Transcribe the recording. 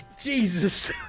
Jesus